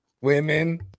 women